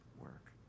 work